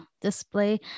display